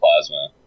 plasma